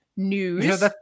news